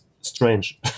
strange